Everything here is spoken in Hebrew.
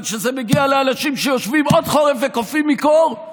אבל כשזה מגיע לאנשים שיושבים עוד חורף וקופאים מקור,